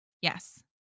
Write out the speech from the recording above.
Yes